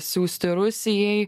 siųsti rusijai